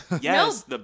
Yes